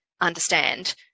understand